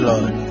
Lord